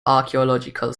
archeological